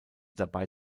dabei